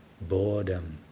boredom